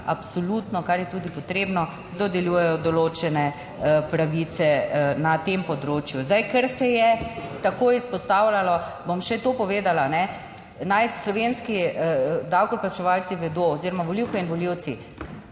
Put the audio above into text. absolutno, kar je tudi potrebno, dodeljujejo določene pravice na tem področju. Zdaj, ker se je tako izpostavljalo, bom še to povedala. Naj slovenski davkoplačevalci vedo oziroma volivke in volivci,